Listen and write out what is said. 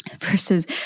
versus